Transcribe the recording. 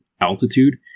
altitude